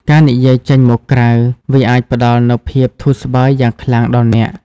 ការនិយាយចេញមកក្រៅ វាអាចផ្តល់នូវភាពធូរស្បើយយ៉ាងខ្លាំងដល់អ្នក។